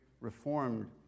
reformed